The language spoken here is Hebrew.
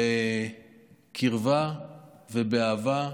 בקרבה ובאהבה.